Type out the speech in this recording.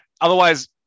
Otherwise